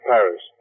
Paris